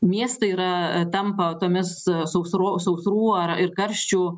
miestai yra tampa tomis sausro sausrų ar ir karščių